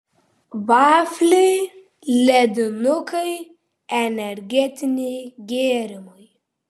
vafliai ledinukai energetiniai gėrimai